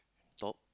nope